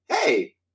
hey